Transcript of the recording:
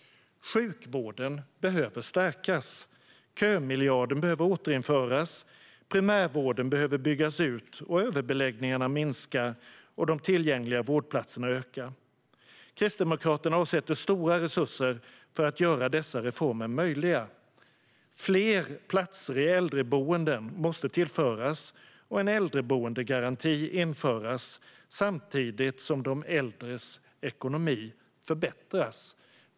Sjukvården behöver stärkas. Kömiljarden behöver återinföras. Primärvården behöver byggas ut, överbeläggningarna minska och antalet tillgängliga vårdplatser öka. Kristdemokraterna avsätter stora resurser för att göra dessa reformer möjliga. Fler platser i äldreboenden måste tillföras och en äldreboendegaranti införas samtidigt som de äldres ekonomi förbättras.